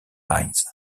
eyes